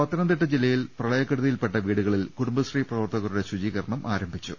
പത്തനംതിട്ട ജില്ലയിൽ പ്രളയക്കെടുതിയിൽപ്പെട്ട വീടുകളിൽ കുടുംബശ്രീ പ്രവർത്തകരുടെ ശുചീകരണം ആരംഭിച്ചു